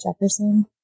Jefferson